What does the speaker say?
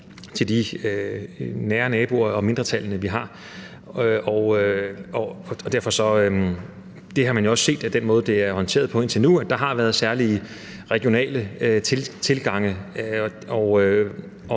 til de nære naboer og mindretal, vi har. Det har man jo også set af den måde, det har været håndteret på indtil nu, altså at der har været særlige regionale tilgange.